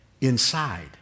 inside